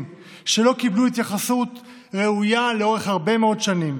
שלא קיבלו התייחסות ראויה לאורך הרבה מאוד שנים,